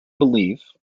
believe